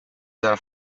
sarà